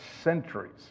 centuries